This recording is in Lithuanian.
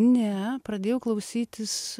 ne pradėjau klausytis